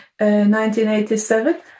1987